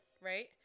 Right